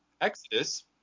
Exodus